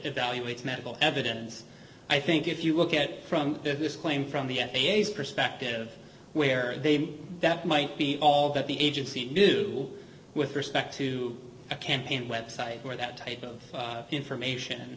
evaluates medical evidence i think if you look at it from this claim from the f a a perspective where they that might be all that the agency knew with respect to a campaign website or that type of information